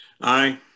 Aye